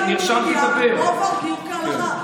את נרשמת לדבר, חברת הכנסת גוטליב?